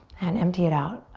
and empty it out.